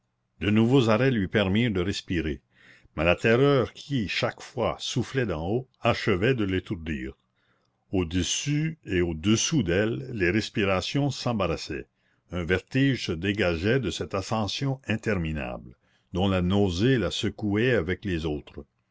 de nouveaux arrêts lui permirent de respirer mais la terreur qui chaque fois soufflait d'en haut achevait de l'étourdir au-dessus et au-dessous d'elle les respirations s'embarrassaient un vertige se dégageait de cette ascension interminable dont la nausée la secouait avec les autres